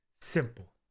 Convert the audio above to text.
Simple